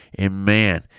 Amen